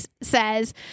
says